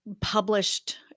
published